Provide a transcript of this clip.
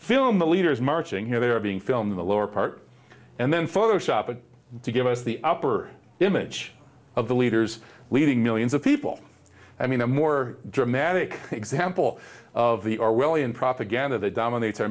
film the leaders marching here they are being filmed in the lower part and then photoshop to give us the upper image of the leaders leaving millions of people i mean a more dramatic example of the orwellian propaganda that dominates